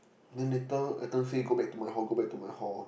then later Adam say go back to my hall go back to my hall